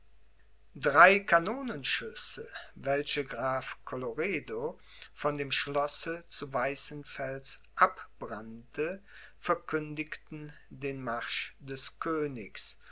drei kanonenschüsse welche graf colloredo von dem schlosse zu weißenfels abbrannte verkündigten den marsch des königs